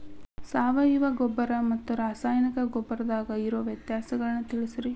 ಸಾವಯವ ಗೊಬ್ಬರ ಮತ್ತ ರಾಸಾಯನಿಕ ಗೊಬ್ಬರದಾಗ ಇರೋ ವ್ಯತ್ಯಾಸಗಳನ್ನ ತಿಳಸ್ರಿ